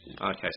Okay